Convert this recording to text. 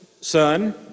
son